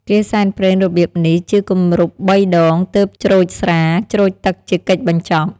គេសែនព្រេនរបៀបនេះ ជាគម្រប់បីដង ទើបច្រូចស្រា ច្រូចទឹកជាកិច្ចបញ្ចប់។